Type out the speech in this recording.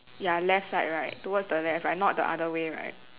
ya left side right towards the left not the other way right